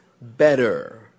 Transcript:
better